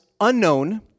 unknown